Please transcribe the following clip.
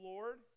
Lord